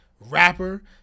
Rapper